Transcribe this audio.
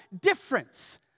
difference